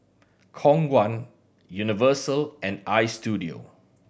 Khong Guan Universal and Istudio